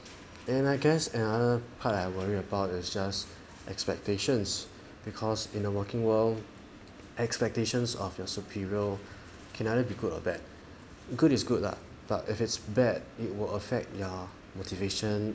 and I guess another part I worry about is just expectations because in the working world expectations of your superior can either be good or bad good is good lah but if it's bad it will affect your motivation